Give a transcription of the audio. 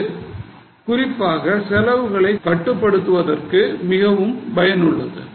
இது குறிப்பாக செலவுகளை கட்டுப்படுத்துவதற்கு மிகவும் பயனுள்ளது